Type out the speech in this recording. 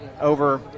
over